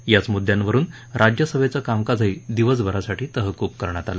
याच मुद्दयांवरुन राज्यसभेचं कामकाज दिवसभरासाठी तहकूब करण्यात आलं